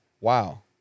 Wow